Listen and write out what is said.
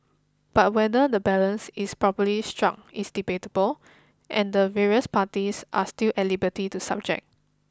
but whether the balance is properly strong is debatable and the various parties are still at liberty to subject